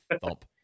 thump